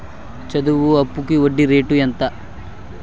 చదువు అప్పుకి వడ్డీ రేటు ఎంత?